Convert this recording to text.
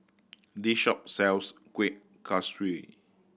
this shop sells Kuih Kaswi